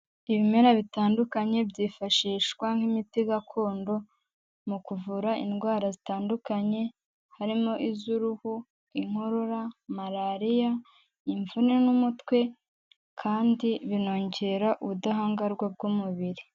Ibimera bitandukanye byifashishwa nk'imiti gakondo mu kuvura indwara zitandukanye harimo iz'uruhu, inkorora, Malariya, imvune n'umutwe kandi binongera ubudahangarwa bw'umubiri.